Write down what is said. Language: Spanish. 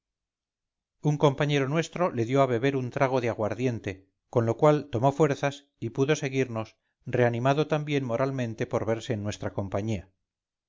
un compañero nuestro le dio a beber un trago de aguardiente con lo cual tomó fuerzas y pudo seguirnos reanimado también moralmente por verse en nuestra compañía